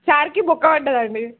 శారీకి బొక్క పడింది అండి